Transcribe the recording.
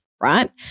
right